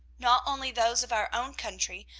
not only those of our own country,